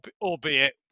albeit